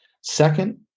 Second